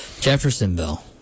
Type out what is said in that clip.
Jeffersonville